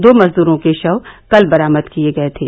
दो मजदूरों के शव कल बरामद किए गए थे